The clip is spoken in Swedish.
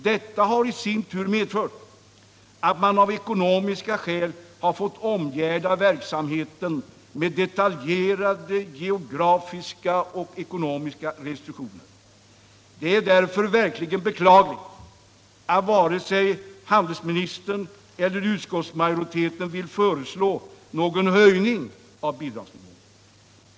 Detta har i sin tur medfört att man av ekonomiska skäl har fått omgärda verksamheten med detaljerade geografiska och ekonomiska restriktioner. Det är därför verkligen beklagligt att varken handelsministern eller utskottsmajoriteten vill föreslå någon höjning av bidragsnivån.